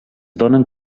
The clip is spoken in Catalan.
donen